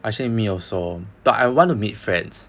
actually me also but I want meet friends